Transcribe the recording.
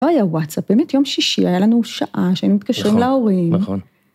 לא היה וואטסאפ, באמת, יום שישי היה לנו שעה שהיינו מתקשרים להורים. -נכון.